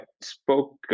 spoke